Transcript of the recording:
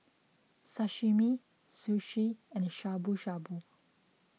Sashimi Sushi and Shabu Shabu